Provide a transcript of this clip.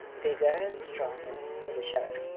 bigger and stronger, said the sheriff,